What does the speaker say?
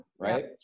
right